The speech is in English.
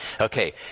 Okay